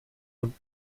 und